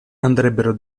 andrebbero